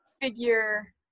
figure